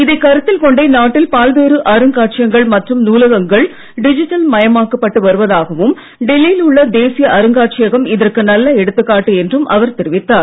இதை கருத்தில் கொண்டே நாட்டில் பல்வேறு அருங்காட்சியகங்கள் மற்றும் நூலகங்கள் டிஜிட்டல் மயமாக்கப்பட்டு வருவதாகவும் டெல்லியில் உள்ள தேசிய அருங்காட்சியகம் இதற்கு நல்ல எடுத்துக்காட்டு என்றும் அவர் தெரிவித்தார்